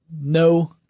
no